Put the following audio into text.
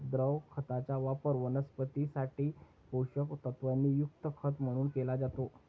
द्रव खताचा वापर वनस्पतीं साठी पोषक तत्वांनी युक्त खत म्हणून केला जातो